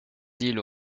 îles